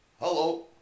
Hello